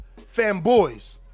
fanboys